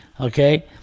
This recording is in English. Okay